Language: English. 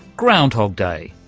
groundhog day,